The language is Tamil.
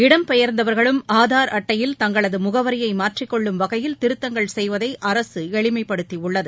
இடம் பெயர்ந்தவர்களும் ஆதார் அட்டையில் தங்களது முகவரியை மாற்றிக் கொள்ளும் வகையில் திருத்தங்கள் செய்வதை அரசு எளிமைப்படுத்தியுள்ளது